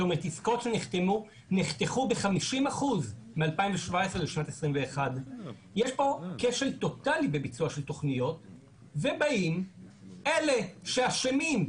זאת אומרת עסקאות שנחתמו נחתכו ב-50% מ-2017 לשנת 2021. יש פה כשל טוטאלי בביצוע של תוכניות ובאים אלה שאשמים,